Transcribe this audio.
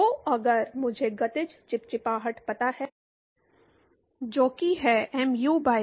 तो अगर मुझे गतिज चिपचिपाहट पता है जो कि है mu by rho